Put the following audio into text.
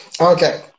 okay